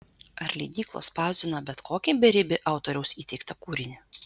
ar leidyklos spausdina bet kokį beribį autoriaus įteiktą kūrinį